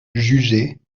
jugés